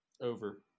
Over